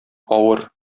авыр